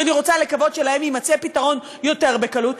שאני רוצה לקוות שלהם יימצא פתרון יותר בקלות,